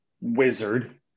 wizard